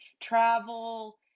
travel